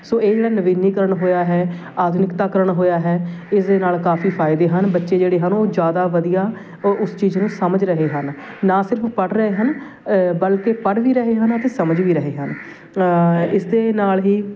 ਸੋ ਇਹ ਜਿਹੜਾ ਨਵੀਨੀਕਰਨ ਹੋਇਆ ਹੈ ਆਧੁਨਿਕਤਾਕਰਨ ਹੋਇਆ ਹੈ ਇਸ ਦੇ ਨਾਲ ਕਾਫੀ ਫਾਇਦੇ ਹਨ ਬੱਚੇ ਜਿਹੜੇ ਹਨ ਉਹ ਜ਼ਿਆਦਾ ਵਧੀਆ ਉਸ ਚੀਜ਼ ਨੂੰ ਸਮਝ ਰਹੇ ਹਨ ਨਾ ਸਿਰਫ ਪੜ੍ਹ ਰਹੇ ਹਨ ਬਲਕਿ ਪੜ੍ਹ ਵੀ ਰਹੇ ਹਨ ਅਤੇ ਸਮਝ ਵੀ ਰਹੇ ਹਨ ਇਸ ਦੇ ਨਾਲ ਹੀ